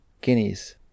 guineas